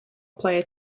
player